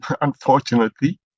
unfortunately